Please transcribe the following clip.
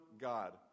God